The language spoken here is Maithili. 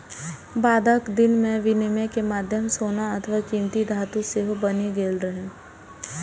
बादक दिन मे विनिमय के माध्यम सोना अथवा कीमती धातु सेहो बनि गेल रहै